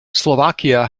slovakia